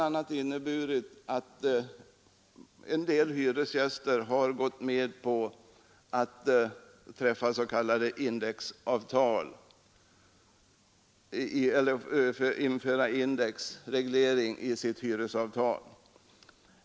a. har en del hyresgäster gått med på att införa indexreglering i sitt hyresavtal.